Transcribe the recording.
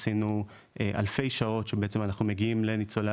עשינו אלפי שעות שבהן אנחנו מגיעים לבתים של ניצולי